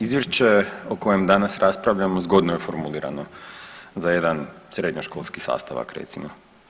Izvješće o kojem danas raspravljamo zgodno je formulirano za jedna srednjoškolski sastavak recimo.